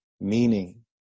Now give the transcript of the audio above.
meaning